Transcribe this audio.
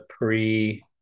pre